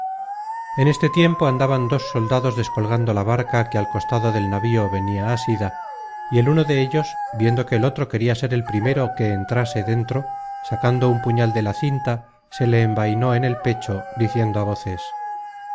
en este tiempo andaban dos soldados descolgando la barca que al costado del navío venia asida y el uno de ellos viendo que el otro queria ser el primero que entrase dentro sacando un puñal de la cinta se le envainó en el pecho diciendo á voces